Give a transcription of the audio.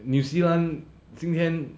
new 西兰今天